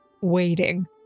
waiting